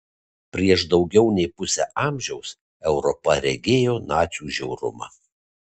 prieš daugiau nei pusę amžiaus europa regėjo nacių žiaurumą